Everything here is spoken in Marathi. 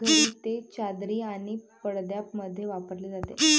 घरी ते चादरी आणि पडद्यांमध्ये वापरले जाते